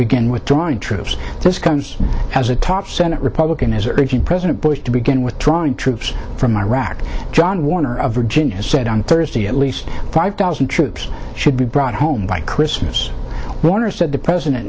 begin withdrawing troops this comes as a top senate republican is urging president bush to begin withdrawing troops from iraq john warner of virginia said on thursday at least five thousand troops should be brought home by christmas warner said the president